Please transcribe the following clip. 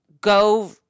go –